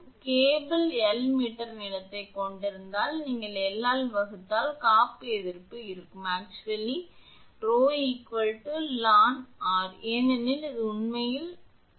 ஆனால் cable L metre நீளத்தைக் கொண்டிருந்தால் நீங்கள் எல் ஆல் வகுத்தால் காப்பு எதிர்ப்பு இருக்கும் actually 𝜌 ln 𝑅 ஏனெனில் இது உண்மையில் Ω